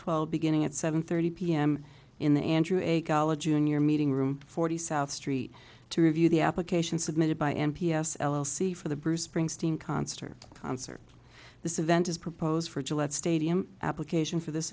twelve beginning at seven thirty p m in the andrew a college junior meeting room forty south street to review the application submitted by m p s l l c for the bruce springsteen concert concert this event is proposed for gillette stadium application for this